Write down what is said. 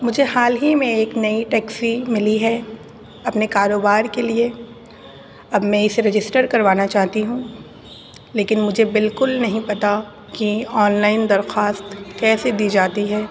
مجھے حال ہی میں ایک نئی ٹیکسی ملی ہے اپنے کاروبار کے لیے اب میں اسے رجسٹر کروانا چاہتی ہوں لیکن مجھے بالکل نہیں پتہ کہ آن لائن درخواست کیسے دی جاتی ہے